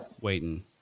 Waiting